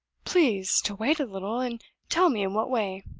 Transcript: please to wait a little, and tell me in what way.